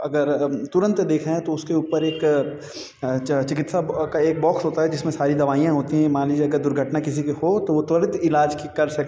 अगर तुरंत देखें तो उसके ऊपर एक चिकित्सा का एक बॉक्स होता है जिसमें सारी दवाइयाँ होती हैं मान लीजिए अगर दुर्घटना किसी की हो तो वो त्वरित इलाज कर सकें